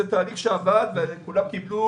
זה תהליך שעבד בבתי הספר, כולם קיבלו.